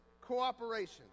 cooperation